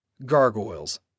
Gargoyles